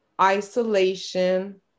isolation